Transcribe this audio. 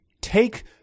take